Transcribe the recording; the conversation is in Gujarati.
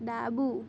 ડાબું